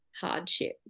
hardship